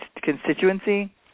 constituency